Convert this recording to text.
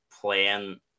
playing